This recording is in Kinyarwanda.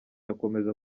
akomeza